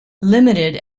limited